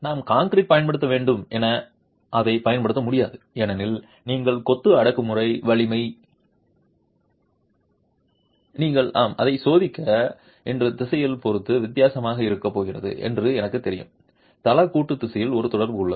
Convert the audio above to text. நாம் கான்கிரீட் பயன்படுத்த வேண்டும் என அதை பயன்படுத்த முடியாது ஏனெனில் நீங்கள் கொத்து அடக்குமுறை வலிமை நீங்கள் ஆம் அதை சோதிக்க என்று திசையில் பொறுத்து வித்தியாசமாக இருக்க போகிறது என்று எனக்கு தெரியும் தள கூட்டு திசையில் ஒரு தொடர்பு உள்ளது